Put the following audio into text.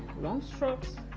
long strokes.